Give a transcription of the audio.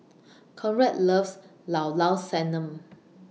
Conrad loves Llao Llao Sanum